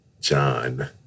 John